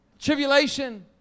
Tribulation